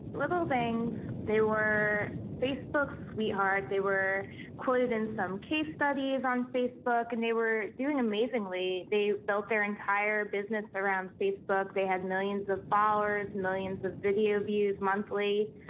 little things, they were facebook's sweetheart, they were quoted in some case studies on facebook, and they were doing amazingly. they built their entire business around facebook, they had millions of followers, millions of video views monthly.